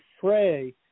fray